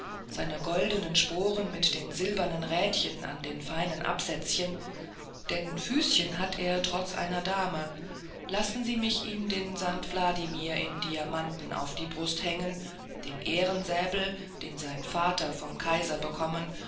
seine goldenen sporen mit den silbernen rädchen an den feinen absätzchen denn füßchen hat er trotz einer dame lassen sie mich ihm den st wladimir in diamanten auf die brust hängen den ehrensäbel den sein herr vater vom kaiser bekommen